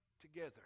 together